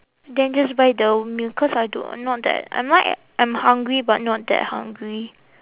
then just buy the meal cause I don't I'm not that I'm not yet I'm hungry but not that hungry